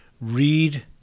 read